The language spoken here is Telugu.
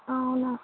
అవునా